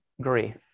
grief